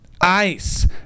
Ice